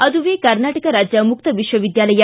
ಅದುವೇ ಕರ್ನಾಟಕ ರಾಜ್ಯ ಮುಕ್ತ ವಿಶ್ವವಿದ್ಯಾಲಯ